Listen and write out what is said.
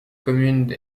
communes